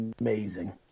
amazing